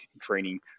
training